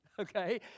okay